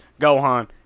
Gohan